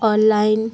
on line